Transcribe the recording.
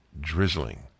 drizzling